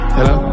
Hello